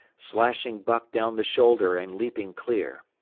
slashing buck down the shoulder and leaping clear.